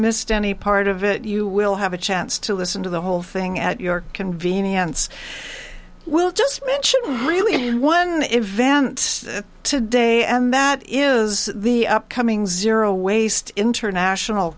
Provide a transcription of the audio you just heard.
missed any part of it you will have a chance to listen to the whole thing at your convenience we'll just mention really one event today and that is the upcoming zero waste international